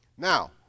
Now